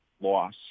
loss